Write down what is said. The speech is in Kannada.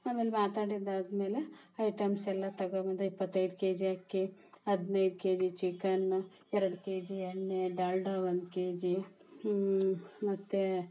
ಆಮೇಲೆ ಮಾತಾಡಿದ್ದಾದಮೇಲೆ ಐಟಮ್ಸೆಲ್ಲ ತಗೊಬಂದೆ ಇಪ್ಪತ್ತೈದು ಕೆಜಿ ಅಕ್ಕಿ ಹದಿನೈದು ಕೆಜಿ ಚಿಕನ್ನು ಎರಡು ಕೆಜಿ ಎಣ್ಣೆ ಡಾಲ್ಡ ಒಂದು ಕೆಜಿ ಮತ್ತು